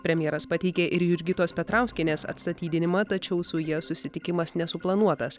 premjeras pateikė ir jurgitos petrauskienės atstatydinimą tačiau su ja susitikimas nesuplanuotas